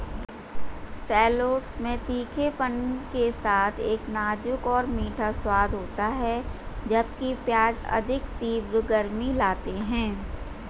shallots में तीखेपन के साथ एक नाजुक और मीठा स्वाद होता है, जबकि प्याज अधिक तीव्र गर्मी लाते हैं